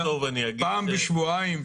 פעם בשבועיים,